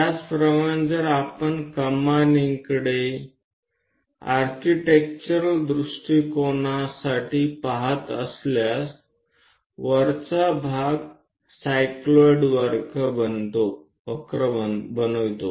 તે જ રીતે જો આપણે તેને રચનાની દ્રષ્ટિએ જોઈએ તો આ ઉપરનો ભાગ સાયક્લોઈડ વક્રો બનાવે છે